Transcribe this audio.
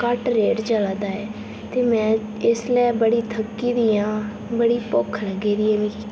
घट्ट रेट चलै दा ऐ ते मै इसलै बड़ी थक्की दी आं बड़ी भुक्ख लग्गी दी मिकी